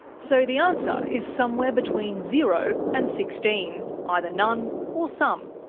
so the answer is somewhere between zero and sixteen. either none, or some.